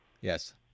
Yes